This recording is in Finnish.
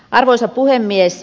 arvoisa puhemies